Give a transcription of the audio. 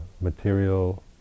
material